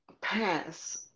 pass